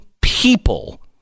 people